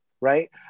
right